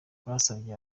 basabye